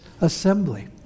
assembly